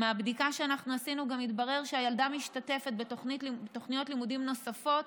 מהבדיקה שאנחנו עשינו גם התברר שהילדה משתתפת בתוכניות לימודים נוספות,